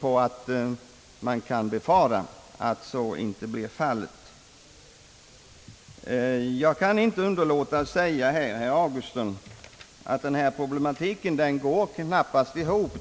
Jag kan emellertid inte underlåta att säga till herr Augustsson att resonemanget knappast går ihop.